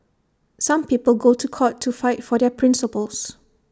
some people go to court to fight for their principles